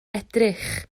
edrych